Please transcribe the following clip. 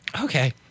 Okay